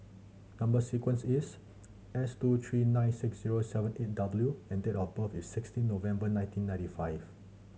number sequence is S two three nine six zero seven eight W and date of birth is sixteen November nineteen ninety five